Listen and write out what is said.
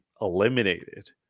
eliminated